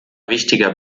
wichtiger